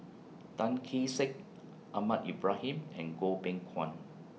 Tan Kee Sek Ahmad Ibrahim and Goh Beng Kwan